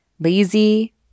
Lazy